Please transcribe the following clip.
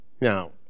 Now